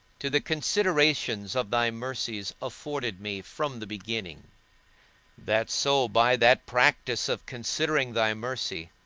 to the considerations of thy mercies afforded me from the beginning that so by that practice of considering thy mercy,